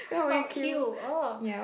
orh queue orh